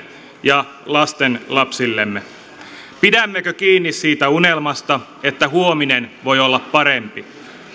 ja lastenlapsillemme pidämmekö kiinni siitä unelmasta että huominen voi olla parempi